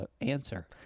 answer